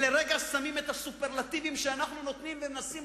ולרגע שמים את הסופרלטיבים שאנחנו נותנים ומנסים